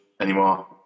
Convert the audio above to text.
anymore